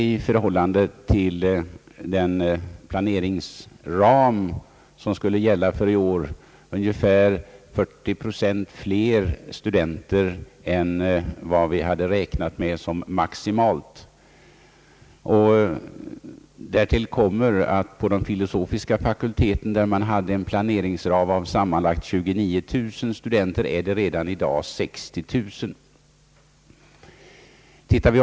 I förhållande till den planeringsram som skall gälla för i år är det ungefär 40 procent fler studenter än vad vi hade räknat med såsom maximalt. Där till kommer att det inom de filosofiska fakulteterna, där planeringsramen angav sammanlagt 29 000 studenter, redan i dag finns 60 000 studenter.